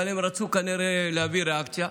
אבל הם רצו כנראה להביא ריאקציה.